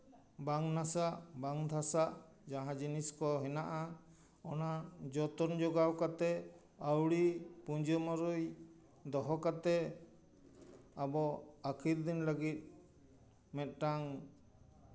ᱵᱟᱝ ᱱᱟᱥᱟᱜ ᱵᱟᱝ ᱫᱷᱟᱥᱟᱜ ᱡᱟᱦᱟᱸ ᱡᱤᱱᱤᱥ ᱠᱚ ᱦᱮᱱᱟᱜᱼᱟ ᱚᱱᱟ ᱡᱚᱛᱚᱱ ᱡᱚᱜᱟᱣ ᱠᱟᱛᱮ ᱟᱹᱣᱲᱤ ᱯᱩᱡᱤ ᱢᱩᱨᱟᱹᱭ ᱫᱚᱦᱚ ᱠᱟᱛᱮ ᱟᱵᱚ ᱟᱹᱠᱷᱤᱨ ᱫᱤᱱ ᱞᱟᱹᱜᱤᱫ ᱢᱤᱫᱴᱟᱝ